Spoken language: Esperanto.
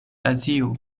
azio